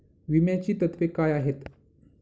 विम्याची तत्वे काय आहेत?